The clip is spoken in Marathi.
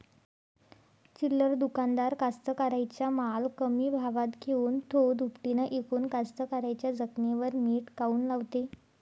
चिल्लर दुकानदार कास्तकाराइच्या माल कमी भावात घेऊन थो दुपटीनं इकून कास्तकाराइच्या जखमेवर मीठ काऊन लावते?